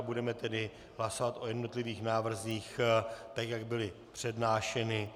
Budeme tedy hlasovat o jednotlivých návrzích tak, jak byly přednášeny.